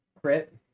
Crit